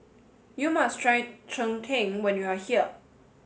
you must try Cheng Tng when you are here